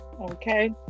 okay